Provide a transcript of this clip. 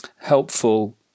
helpful